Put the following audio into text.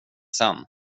sen